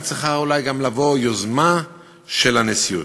צריכה אולי גם לבוא יוזמה של הנשיאות,